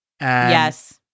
Yes